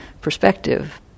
perspective